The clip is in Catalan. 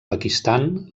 pakistan